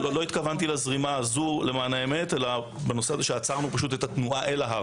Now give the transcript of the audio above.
לא התכוונתי לזרימה הזאת למען האמת אלא על כך שעצרנו את התנועה אל ההר.